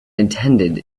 attended